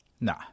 nah